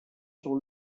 sur